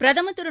பிரதுர் திரு